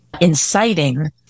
inciting